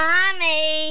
Mommy